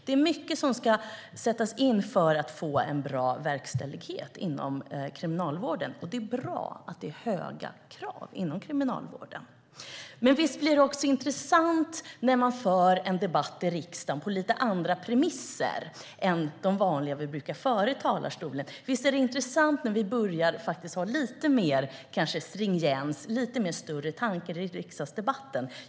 Det är mycket som ska sättas in för att man ska få en bra verkställighet inom Kriminalvården, och det är bra att kraven är höga. Men här förs en debatt i riksdagen på lite andra premisser än de vanliga som vi brukar ha i talarstolen. Visst vore det intressant med lite mer stringens och lite större tankar i riksdagsdebatten.